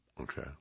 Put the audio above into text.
Okay